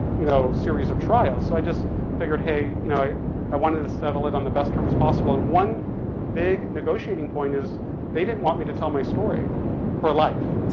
you know, series of trials, so i just figured, hey, you know i, i wanted to settle it on the best terms possible and one big negotiating point is they didn't want me to tell my story for life.